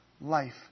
life